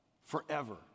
forever